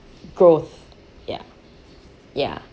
growth ya ya